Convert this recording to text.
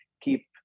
keep